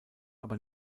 aber